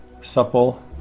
supple